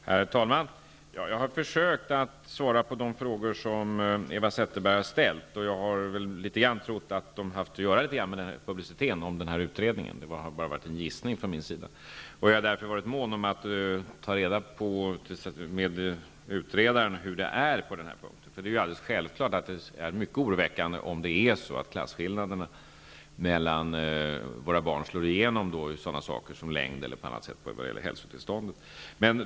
Herr talman! Jag har försökt att svara på de frågor som Eva Zetterberg har ställt, och jag har trott att de haft att göra med publiciteten kring den här utredningen. Jag har därför varit mån om att fråga utredaren hur det är på den här punkten, för det är självklart att det är mycket oroväckande om det är så att klasskillnaderna mellan barnen slår igenom i längd eller på annat sätt när det gäller hälsotillståndet.